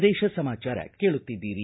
ಪ್ರದೇಶ ಸಮಾಚಾರ ಕೇಳುತ್ತಿದ್ದೀರಿ